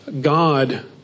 God